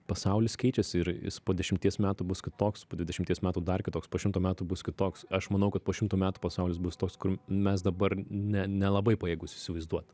pasaulis keičiasi ir jis po dešimties metų bus kitoks po dvidešimies metų dar kitoks po po šimto metų bus kitoks aš manau kad po šimto metų pasaulis bus toks kur mes dabar ne nelabai pajėgūs įsivaizduot